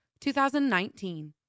2019